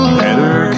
better